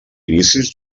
inicis